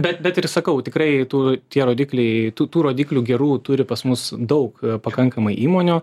bet bet ir sakau tikrai tų tie rodikliai tų tų rodiklių gerų turi pas mus daug pakankamai įmonių